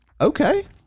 okay